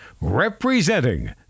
Representing